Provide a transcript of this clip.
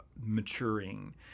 maturing